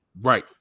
Right